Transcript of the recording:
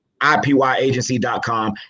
IPYAgency.com